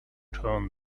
turn